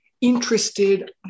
interested